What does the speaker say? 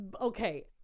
okay